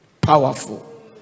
powerful